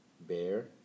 Bear